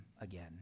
again